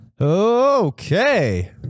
Okay